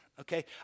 Okay